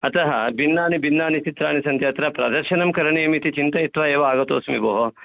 अतः भिन्नानि भिन्नानि चित्राणि सन्ति अत्र प्रदर्शनं करणीयम् इति चिन्तयित्वा एव आगतोऽस्मि भोः